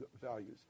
values